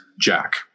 jack